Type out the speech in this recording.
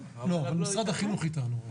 אבל משרד החינוך איתנו.